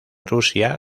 rusia